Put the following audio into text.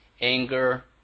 anger